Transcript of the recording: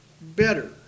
better